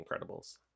Incredibles